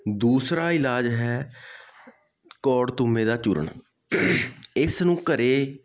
ਦੂਸਰਾ ਇਲਾਜ ਹੈ ਕੌੜ ਤੁੰਮੇ ਦਾ ਚੂਰਨ ਇਸ ਨੂੰ ਘਰ